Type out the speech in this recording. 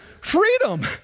freedom